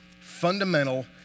fundamental